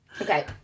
Okay